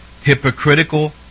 Hypocritical